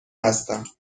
هستم